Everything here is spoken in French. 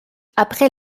après